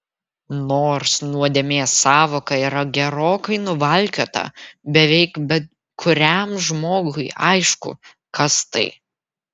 nors nuodėmės sąvoka yra gerokai nuvalkiota beveik bet kuriam žmogui aišku kas tai